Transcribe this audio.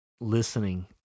listening